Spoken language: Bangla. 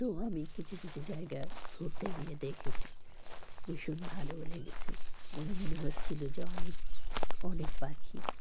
তো আমি কিছু কিছু জায়গা ঘুরতে গিয়ে দেখেছি ভীষণ ভালোও লেগেছে মনে মনে হচ্ছিলো যে অনেক অনেক পাখি